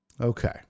Okay